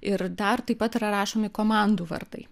ir dar taip pat yra rašomi komandų vardai